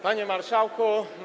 Panie Marszałku!